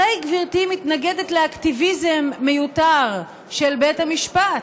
הרי גברתי מתנגדת לאקטיביזם מיותר של בית המשפט.